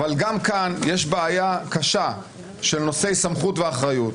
אבל גם כאן יש בעיה קשה של נושאי סמכות ואחריות,